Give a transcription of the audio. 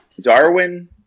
Darwin